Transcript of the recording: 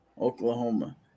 Oklahoma